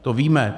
To víme.